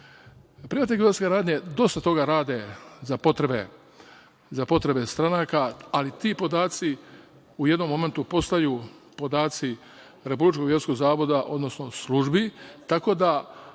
Privatne geodetske radnje dosta toga rade za potrebe stranaka, ali ti podaci u jednom momentu postaju podaci RGZ, odnosno službi, tako da